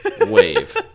wave